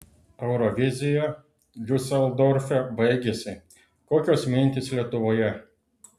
eurovizija diuseldorfe baigėsi kokios mintys lietuvoje